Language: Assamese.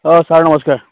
অঁ ছাৰ নমস্কাৰ